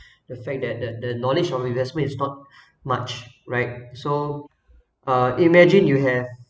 the fact that the the knowledge of investment is not much right so uh imagine you have